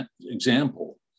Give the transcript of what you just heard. example